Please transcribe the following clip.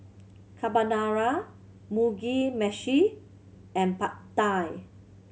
Carbonara Mugi Meshi and Pad Thai